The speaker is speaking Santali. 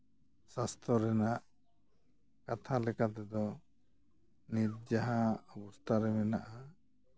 ᱥᱟᱥᱛᱷᱚ ᱨᱮᱱᱟᱜ ᱠᱟᱛᱷᱟ ᱞᱮᱠᱟᱛᱮᱫᱚ ᱱᱤᱛ ᱡᱟᱦᱟᱸ ᱚᱵᱚᱥᱛᱷᱟ ᱨᱮ ᱢᱮᱱᱟᱜᱼᱟ